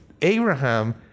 Abraham